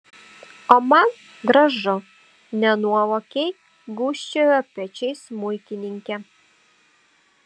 o man gražu nenuovokiai gūžčiojo pečiais smuikininkė